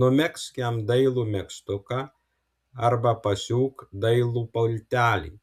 numegzk jam dailų megztuką arba pasiūk dailų paltelį